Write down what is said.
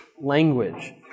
language